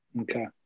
Okay